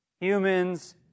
Humans